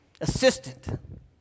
Assistant